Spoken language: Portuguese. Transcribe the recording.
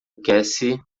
cassie